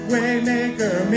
Waymaker